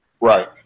Right